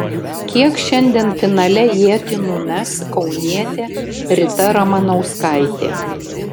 kiek šiandien finale ietį numes kaunietė rita ramanauskaitė